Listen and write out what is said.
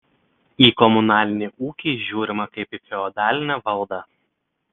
į komunalinį ūkį žiūrima kaip į feodalinę valdą